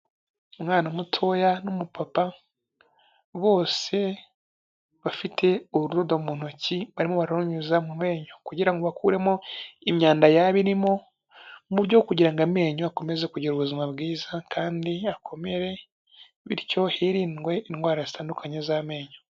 Umwana mutoya n'umupapa, bose bafite urododo mu ntoki barimo bararunyuza mu menyo. Kugira ngo bakuremo imyanda yaba irimo, mu buryo bwo kugira ngo amenyo akomeze kugira ubuzima bwiza kandi akomere, bityo hirindwe indwara zitandukanye z'amenyo.